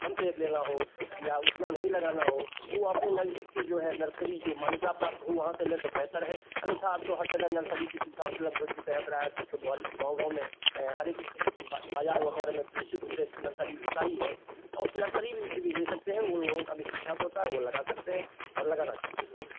कम पेड़ लेना हो या उतना नहीं लगाना हो तो वो अपने नज़दीक के जो है नर्सरी जो मान्यता प्राप्त हो वहाँ से लें तो बेहतर है अन्यथा अब तो हर जगह नर्सरी की सुविधा उपलब्ध हो चुकी है प्राय तो बोल गाँव गाँव में हर एक बाज़ार वग़ैरह में निश्चित रूप से नर्सरी होता ही है और उस नर्सरी से भी ले सकते हैं उन लोगों का भी ठीक ठाक होता है वो लगा सकते हैं और लगाना चाहिए लोगों को